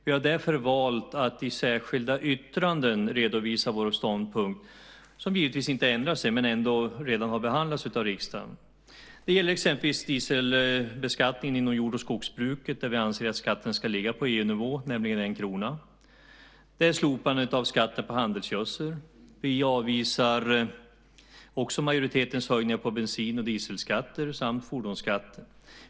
Vi har därför valt att i särskilda yttranden redovisa vår ståndpunkt, som givetvis inte har ändrat sig men som ändå redan har behandlats av riksdagen. Det gäller exempelvis dieselbeskattningen inom jord och skogsbruket, där vi anser att skatten ska ligga på EU-nivå - 1 kr. Det gäller också slopandet av skatten på handelsgödsel. Vi avvisar också majoritetens höjningar på bensin och dieselskatter samt fordonsskatten.